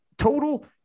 Total